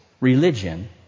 religion